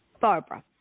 Barbara